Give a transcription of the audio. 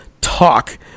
talk